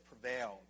prevailed